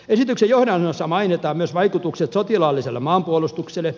esityksen johdannossa mainitaan myös vaikutukset sotilaalliselle maanpuolustukselle